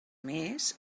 més